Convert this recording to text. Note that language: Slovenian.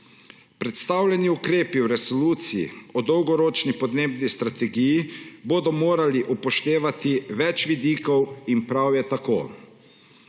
Predstavljeni ukrepi resolucije o Dolgoročni podnebni strategiji bodo morali upoštevati več vidikov in prav je tako.